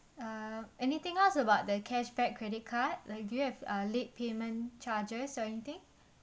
uh anything else about the cashback credit card like do you have uh late payment charges or anything